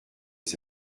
aux